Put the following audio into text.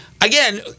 Again